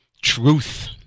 truth